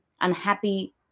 unhappy